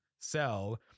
sell